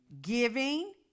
giving